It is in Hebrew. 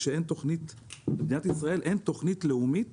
מזה שלמדינת ישראל אין תוכנית לאומית